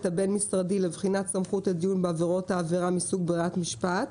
הבין-משרדי לבחינת סמכות הדיון בעבירות העבירה מסוג ברירת משפט.